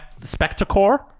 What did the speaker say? spectacore